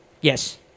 Yes